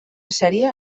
sèrie